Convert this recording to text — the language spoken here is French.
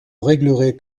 réglerait